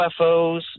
UFOs